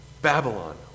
Babylon